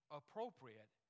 appropriate